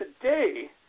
today